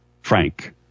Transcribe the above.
Frank